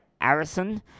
Arison